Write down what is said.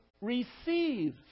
receive